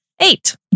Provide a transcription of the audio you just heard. Eight